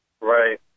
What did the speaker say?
Right